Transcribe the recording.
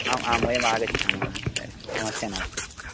आम् आं वयम् आगच्छामः सर् समस्या नास्ति